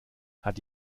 hat